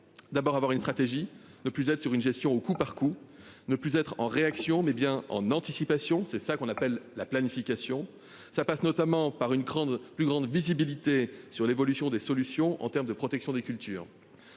D'abord avoir une stratégie de ne plus être sur une gestion au coup par coup ne plus être en réaction mais bien en anticipation, c'est ça qu'on appelle la planification ça passe notamment par une grande plus grande visibilité sur l'évolution des solutions en terme de protection des cultures.